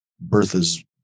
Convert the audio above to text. Bertha's